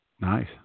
Nice